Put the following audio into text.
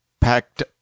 packed